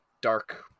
dark